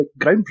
groundbreaking